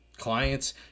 clients